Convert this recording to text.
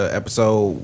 episode